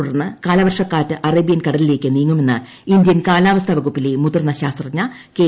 തുടർന്ന് കാലവർഷക്കാറ്റ് അറേബ്യൻ കടലിലേയ്ക്ക് നീങ്ങുമെന്ന് ഇന്ത്യൻ കാലാവസ്ഥാ വകുപ്പിലെ മുതിർന്ന ശാസ്ത്രജ്ഞ കെ